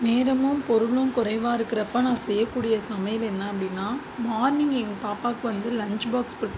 நேரமும் பொருளும் குறைவாக இருக்கிறப்ப நான் செய்யக்கூடிய சமையல் என்ன அப்படின்னால் மார்னிங் எங்கள் பாப்பாவுக்கு வந்து லஞ்ச் பாக்ஸ் ப்ரிப்